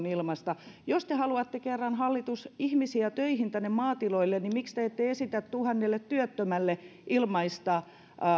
ilmaista jos te hallitus haluatte kerran ihmisiä töihin tänne maatiloille niin miksi te ette esitä tuhannelle työttömälle ilmaista